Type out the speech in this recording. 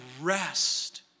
rest